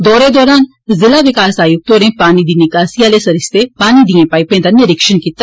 दौरे दौरान जिला विकास आयुक्त होरें पानी दी निकासी आले सरीस्ते पानी दिएं पाइपें दा निरिक्षण कीता